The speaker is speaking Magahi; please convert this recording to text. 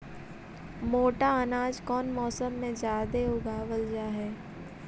मोटा अनाज कौन मौसम में जादे उगावल जा हई?